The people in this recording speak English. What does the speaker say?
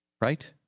right